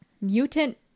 mutant